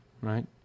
right